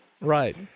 right